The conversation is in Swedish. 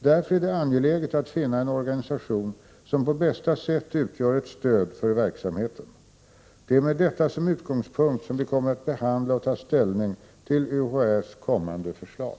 Därför är det angeläget att finna en organisation som på bästa sätt utgör ett stöd för verksamheten. Det är med detta som utgångspunkt som vi kommer att behandla och ta ställning till UHÄ:s kommande förslag.